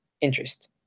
interest